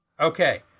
Okay